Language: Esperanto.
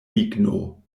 ligno